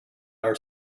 our